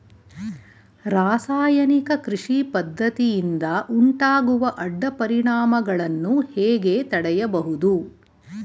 ರಾಸಾಯನಿಕ ಕೃಷಿ ಪದ್ದತಿಯಿಂದ ಉಂಟಾಗುವ ಅಡ್ಡ ಪರಿಣಾಮಗಳನ್ನು ಹೇಗೆ ತಡೆಯಬಹುದು?